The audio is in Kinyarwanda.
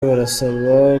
barasaba